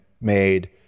made